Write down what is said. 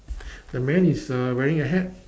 the man is uh wearing a hat